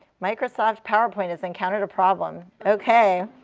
microsoft powerpoint has encountered a problem. ok.